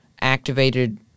activated